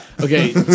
okay